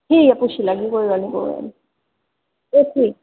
ठीक ऐ पुच्छी लैगी कोई गल्ल निं कोई गल्ल निं